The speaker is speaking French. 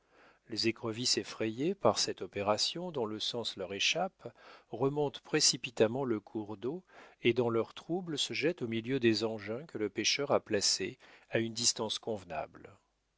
les écrevisses effrayées par cette opération dont le sens leur échappe remontent précipitamment le cours d'eau et dans leur trouble se jettent au milieu des engins que le pêcheur a placés à une distance convenable